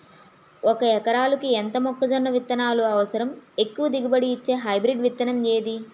ఒక ఎకరాలకు ఎంత మొక్కజొన్న విత్తనాలు అవసరం? ఎక్కువ దిగుబడి ఇచ్చే హైబ్రిడ్ విత్తనం ఏది?